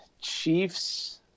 Chiefs